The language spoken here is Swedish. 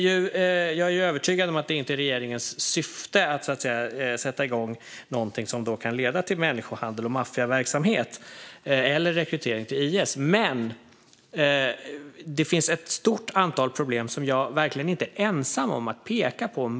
Jag är övertygad om att det inte är regeringens syfte att sätta igång någonting som kan leda till människohandel, maffiaverksamhet eller rekrytering till IS. Men det finns ett stort antal problem som jag verkligen inte är ensam om att peka på.